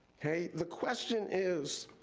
okay, the question is,